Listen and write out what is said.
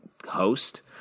host